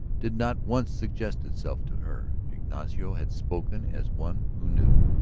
did not once suggest itself to her. ignacio had spoken as one who knew,